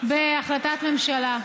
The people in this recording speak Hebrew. בהחלטת ממשלה.